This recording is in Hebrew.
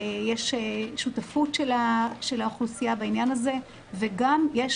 יש שותפות של האוכלוסייה בעניין הזה וגם יש